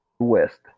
West